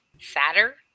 sadder